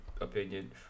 opinion